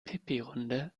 pipirunde